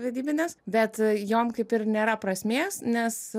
vedybinės bet jom kaip ir nėra prasmės nes